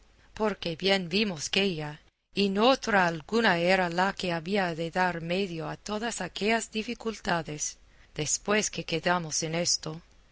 porque bien vimos que ella y no otra alguna era la que había de dar medio a todas aquellas dificultades después que quedamos en esto